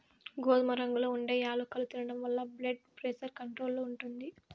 గోధుమ రంగులో ఉండే యాలుకలు తినడం వలన బ్లెడ్ ప్రెజర్ కంట్రోల్ లో ఉంటుంది